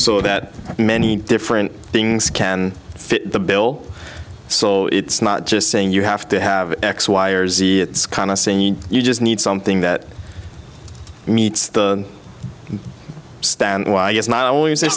so that many different things can fit the bill so it's not just saying you have to have x y or z it's kind of seen you just need something that meets the stand why it's not always